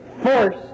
force